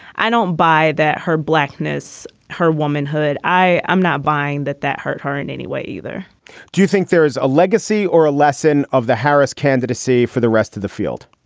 i don't buy that. her blackness, her womanhood. i i'm not buying that that hurt her in any way either do you think there is a legacy or a lesson of the harris candidacy for the rest of the field?